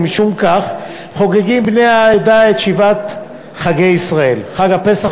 ומשום כך חוגגים בני העדה את שבעת חגי ישראל: חג הפסח,